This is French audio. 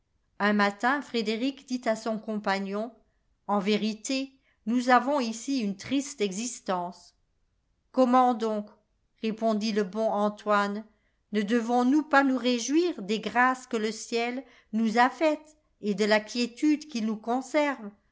un matin frédéric dit à son compagnon en vérité nous avons ici une triste existence comment donc répondit le bon antoine ne devons-nous pas nous réjouir des grâces que le ciel nous a faites et de la quiétude qu'il nous conserve